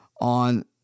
on